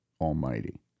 Almighty